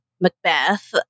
Macbeth